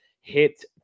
hit